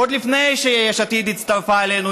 עוד לפני שיש עתיד הצטרפה אלינו,